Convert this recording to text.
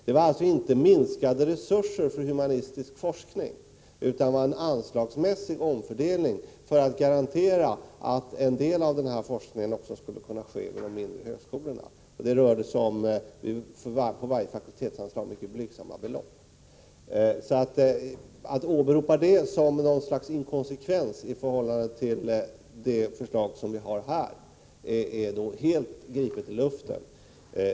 Förslaget innebar inte minskade resurser för humanistisk forskning utan en anslagsmässig omfördelning för att garantera att en del av forskningen skulle kunna ske också vid de mindre högskolorna. Det rörde sig om för varje fakultetsanslag mycket blygsamma belopp. Att åberopa detta som något slags inkonsekvens i förhållande till det förslag vi nu har lagt fram är helt gripet ur luften.